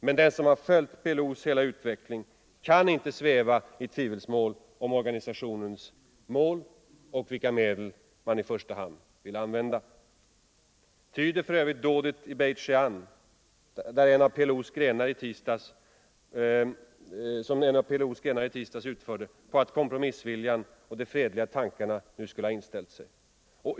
Men den som har följt PLO:s hela utveckling kan inte sväva 141 i tvivelsmål om organisationens mål och vilka medel den i första hand vill använda. Tyder för övrigt dådet i Bet Shean, som en av PLO:s grenar i tisdags utförde, på att kompromissviljan och de fredliga tankarna nu skulle ha inställt sig?